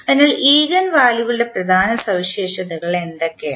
അതിനാൽ ഈഗൻ വാല്യുകളുടെ പ്രധാന സവിശേഷതകൾ എന്തൊക്കെയാണ്